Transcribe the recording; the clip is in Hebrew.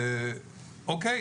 אוקיי,